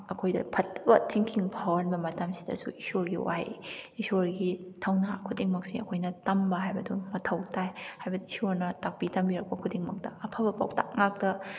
ꯑꯩꯈꯣꯏꯗ ꯐꯠꯇꯕ ꯊꯤꯡꯀꯤꯡ ꯐꯥꯎꯍꯟꯕ ꯃꯇꯝꯁꯤꯗꯁꯨ ꯏꯁꯣꯔꯒꯤ ꯋꯥꯍꯩ ꯏꯁꯣꯔꯒꯤ ꯊꯧꯅꯥ ꯈꯨꯗꯤꯡꯃꯛꯁꯤ ꯑꯩꯈꯣꯏꯅ ꯇꯝꯕ ꯍꯥꯏꯕꯗꯣ ꯃꯊꯧ ꯇꯥꯏ ꯍꯥꯏꯕꯗꯤ ꯏꯁꯣꯔ ꯇꯥꯛꯄꯤ ꯇꯝꯕꯤꯔꯛꯄ ꯈꯨꯗꯤꯡꯃꯛꯇ ꯑꯐꯕ ꯄꯧꯇꯥꯛ ꯉꯥꯛꯇ